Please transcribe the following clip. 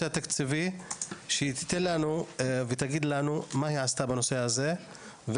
התקציבי ושתדווח לוועדה מה היא עשתה בנושא הזה.